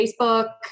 Facebook